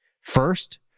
First